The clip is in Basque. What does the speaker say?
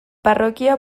parrokia